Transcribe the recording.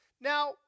Now